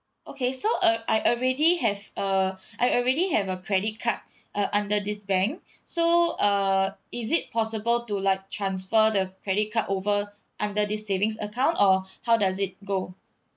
okay so uh I already have a I already have a credit card uh under this bank so uh is it possible to like transfer the credit card over under this savings account or how does it go